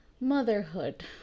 motherhood